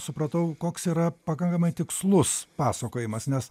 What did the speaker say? supratau koks yra pakankamai tikslus pasakojimas nes